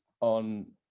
on